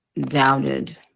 doubted